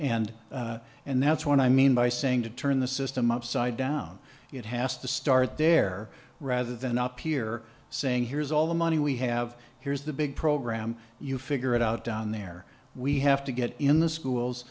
and and that's what i mean by saying to turn the system upside down it has to start there rather than up here saying here's all the money we have here's the big program you figure it out down there we have to get in the schools